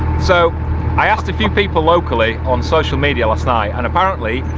so i asked a few people locally on social media last night and apparently,